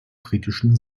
britischen